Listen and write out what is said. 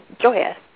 joyous